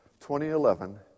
2011